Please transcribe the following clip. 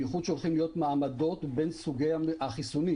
בייחוד שהולכים להיות מעמדות בין סוגי החיסונים,